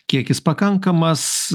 kiekis pakankamas